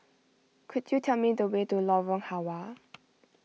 could you tell me the way to Lorong Halwa